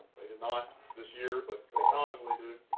they did not this year, but they commonly do.